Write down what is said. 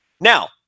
Now